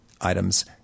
items